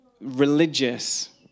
religious